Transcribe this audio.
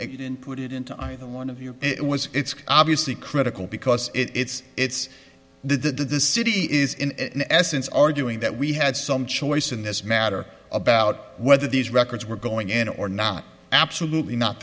in put it into either one of you it was it's obviously critical because it's it's the the city is in essence arguing that we had some choice in this matter about whether these records were going in or not absolutely not